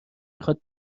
میخواد